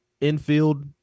infield